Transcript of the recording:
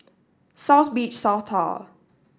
South Beach South Tower